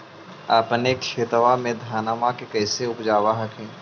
अपने खेतबा मे धन्मा के कैसे उपजाब हखिन?